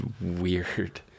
weird